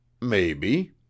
Maybe